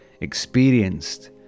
experienced